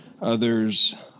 others